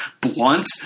blunt